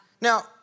Now